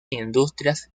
industrias